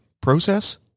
process